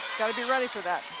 got to be ready tore that